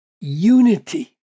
unity